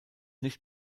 nicht